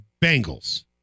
Bengals